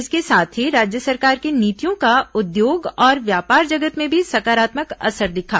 इसके साथ ही राज्य सरकार की नीतियों का उद्योग और व्यापार जगत में भी सकारात्मक असर दिखा